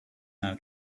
now